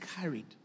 carried